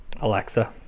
Alexa